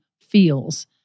feels